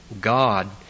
God